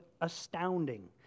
astounding